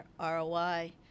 ROI